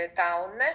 town